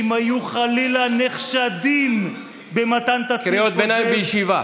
אם היו חלילה נחשדים במתן תצהיר כוזב,